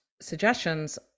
suggestions